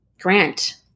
grant